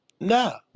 No